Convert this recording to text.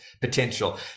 potential